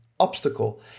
Obstacle